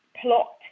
plot